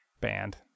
Band